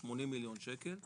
80 מיליון שקל,